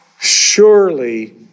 surely